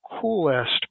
coolest